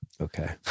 Okay